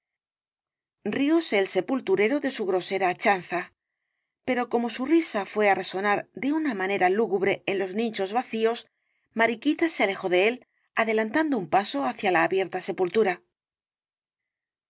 rióse el sepulturero de su grosera chanza pero como su risa fué á resonar de una manera lúgubre en los nichos vacíos mariquita se alejó de él adelantando un paso hacia la abierta sepultura